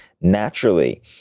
naturally